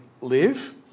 live